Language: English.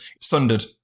sundered